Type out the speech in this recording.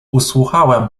usłuchałem